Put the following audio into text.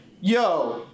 yo